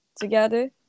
together